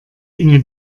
inge